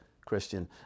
Christian